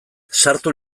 sartu